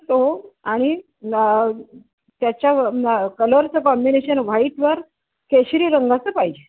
तो आणि त्याच्या कलरचं कॉम्बिनेशन व्हाईटवर केशरी रंगाचं पाहिजे